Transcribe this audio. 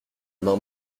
main